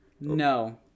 no